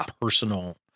personal